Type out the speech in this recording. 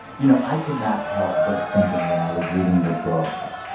you know, i could not help but thinking, when i was reading the book,